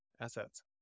assets